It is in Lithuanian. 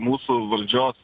mūsų valdžios